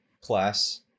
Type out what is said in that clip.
class